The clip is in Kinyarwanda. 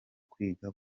kwiga